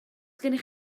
gennych